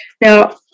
Now